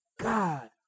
God